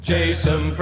Jason